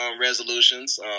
resolutions